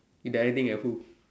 you directing at who